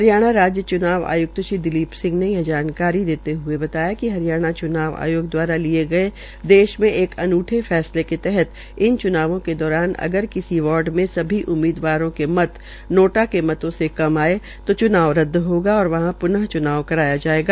हरियाणा राज्य चुनाव आयुक्त श्री दिलीप सिंह ने यह जानकारी देते हुए बताया कि हरियाणा चनाव आयोग दवारा लिये गये देश मे अनुठे फैसले के तहत इन च्नावों के दौरान अगर किसी वार्ड में सभी उम्मीदवारों के मत नोटा के मतो से कम आये तो च्नाव रद्द होगा वहां प्न च्नाव कराया जायेगा